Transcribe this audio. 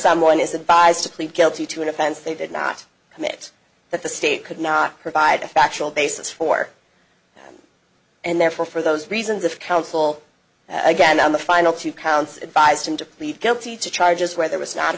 someone is advised to plead guilty to an offense they did not commit that the state could not provide a factual basis for and therefore for those reasons of counsel again on the final two counts advised him to plead guilty to charges where there was no